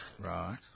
Right